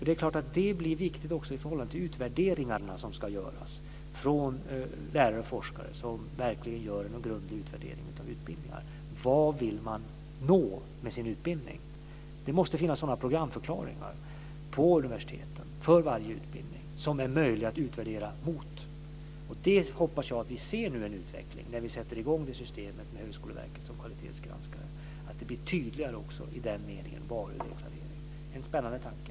Det är viktigt också i förhållande till de grundliga utvärderingar som ska göras av läroforskare. Vad vill man nå med utbildningen? Det måste finnas sådana programförklaringar på universiteten för varje utbildning som är möjlig att utvärdera. Jag hoppas att vi ser en utveckling, när vi nu sätter i gång med systemet med Högskoleverket som kvalitetsgranskare, med tydligare varudeklarering. Det är en spännande tanke.